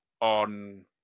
on